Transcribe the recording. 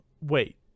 Wait